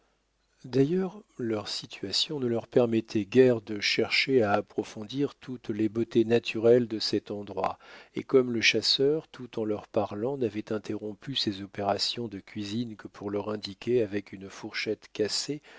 d'ailleurs leur situation ne leur permettait guère de chercher à approfondir toutes les beautés naturelles de cet endroit et comme le chasseur tout en leur parlant n'avait interrompu ses opérations de cuisine que pour leur indiquer avec une fourchette cassée